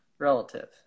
Relative